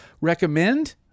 recommend